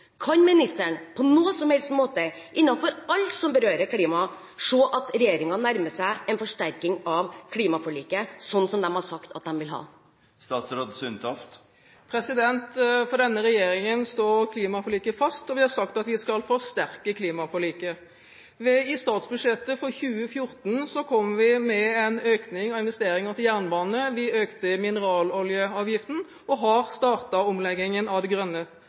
kan ministeren på noen som helst måte innenfor alt som berører klima, se at regjeringen nærmer seg en forsterking av klimaforliket, som de har sagt at de vil ha? For denne regjeringen står klimaforliket fast, og vi har sagt at vi skal forsterke klimaforliket. I statsbudsjettet for 2014 kom vi med en økning av investeringer til jernbane, vi økte mineraloljeavgiften og har startet omleggingen av det grønne